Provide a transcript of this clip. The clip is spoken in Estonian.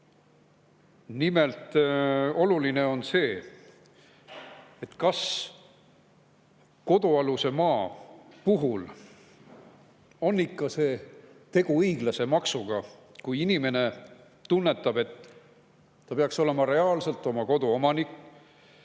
Nimelt, oluline on see, kas kodualuse maa puhul on ikka tegu õiglase maksuga, kui inimene tunnetab, et ta ei ole reaalselt oma kodu omanik,